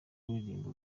kuririmba